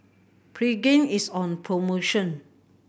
Pregain is on promotion